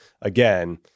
again